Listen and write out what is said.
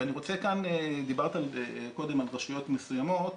דיברת קודם על רשויות מסוימות.